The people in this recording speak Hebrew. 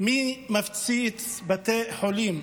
מי מפציץ בתי חולים.